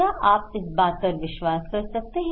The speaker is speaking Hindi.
क्या आप इस बात पर विश्वास कर सकते हैं